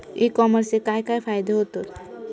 E कॉमर्सचे काय काय फायदे होतत?